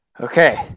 Okay